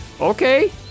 okay